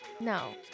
No